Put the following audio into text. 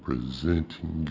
Presenting